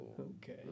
okay